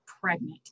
pregnant